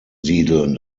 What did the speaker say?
siedeln